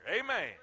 Amen